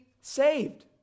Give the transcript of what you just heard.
saved